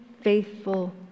faithful